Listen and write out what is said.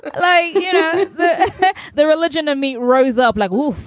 like you know the religion of me rose up like, well.